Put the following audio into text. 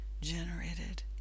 generated